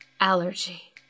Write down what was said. allergy